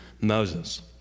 Moses